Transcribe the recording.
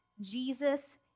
Jesus